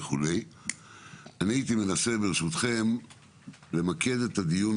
אבל היום אני רוצה למקד את הדיון,